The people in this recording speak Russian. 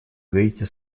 гаити